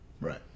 Right